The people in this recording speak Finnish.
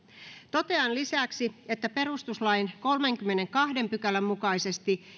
totean lisäksi että perustuslain kolmannenkymmenennentoisen pykälän mukaisesti